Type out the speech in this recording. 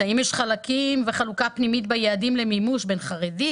האם יש חלקים וחלוקה פנימית ביעדים למימוש בין חרדית,